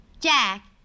Jack